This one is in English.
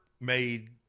made